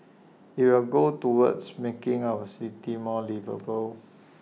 IT will go towards making our city more liveable